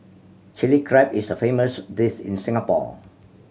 Chilli Crab is a famous dish in Singapore